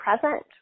present